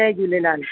Jay Jhulelal